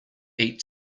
eat